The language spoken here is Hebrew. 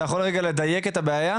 אתה יכול לרגע לדייק את הבעיה?